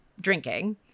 drinking